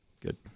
Good